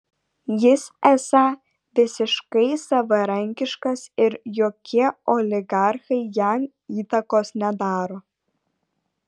jis esą visiškai savarankiškas ir jokie oligarchai jam įtakos nedaro